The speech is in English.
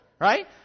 Right